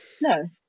No